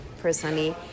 personally